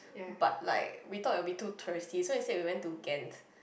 but like we thought it will be touristy so instead we went to Ghent